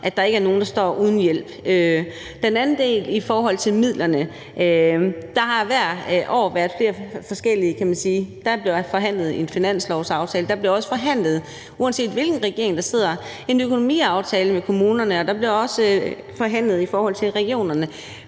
at der ikke er nogen, der står uden hjælp. Den anden del er i forhold til midlerne. Der har hvert år været flere forskellige ting. Der blev også forhandlet en finanslovsaftale. Uanset hvilken regering der sidder, bliver der også forhandlet en økonomiaftale med kommunerne, og der bliver også forhandlet i forhold til regionerne.